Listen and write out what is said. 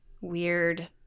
weird